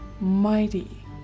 mighty